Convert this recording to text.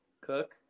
Cook